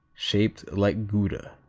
shaped like gouda.